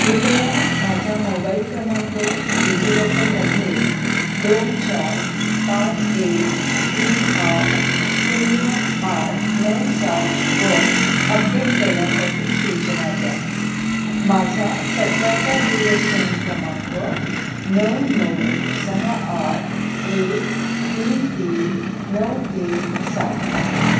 कृपया माझा मोबाईल क्रमांक डिजिलॉकरमध्ये दोन चार पाच एक तीन आठ शून्य आठ नऊ सातवर अपडेट करण्यासाठी सूचना द्या माझा सध्याचा दूरध्वनी क्रमांक नऊ नऊ सहा आठ एक तीन तीन नऊ तीन सात आहे